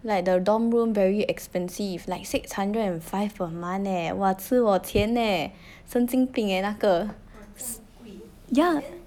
like the dorm room very expensive like six hundred and five per month eh !wah! 吃我钱 eh 神经病 eh 那个 s~ yeah